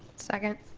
second.